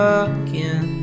again